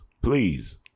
please